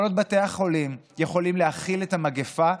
כל בתי החולים יכולים להכיל את המגפה.